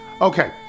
Okay